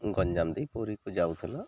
ଗଞ୍ଜାମ ଦେଇ ପୁରୀକୁ ଯାଉଥିଲ